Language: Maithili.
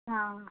हँ